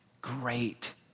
great